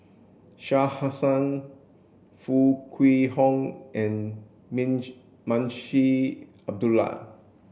Shah Hussain Foo Kwee Horng and Munshi Abdullah